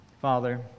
father